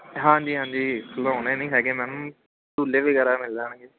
ਹਾਂਜੀ ਹਾਂਜੀ ਖਲੌਣੇ ਨਹੀਂ ਹੈਗੇ ਮੈਮ ਝੂਲੇ ਵਗੈਰਾ ਮਿਲ ਜਾਣਗੇ